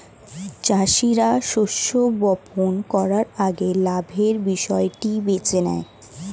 চাষীরা শস্য বপন করার আগে লাভের বিষয়টি বেছে নেয়